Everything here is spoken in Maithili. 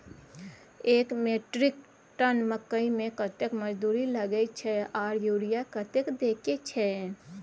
एक मेट्रिक टन मकई में कतेक मजदूरी लगे छै आर यूरिया कतेक देके छै?